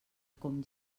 com